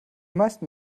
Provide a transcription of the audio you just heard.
meisten